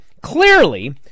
clearly